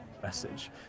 Message